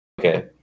Okay